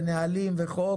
נהלים וחוק?